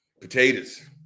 Potatoes